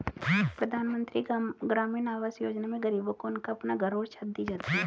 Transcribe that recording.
प्रधानमंत्री ग्रामीण आवास योजना में गरीबों को उनका अपना घर और छत दी जाती है